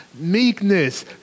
meekness